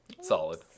solid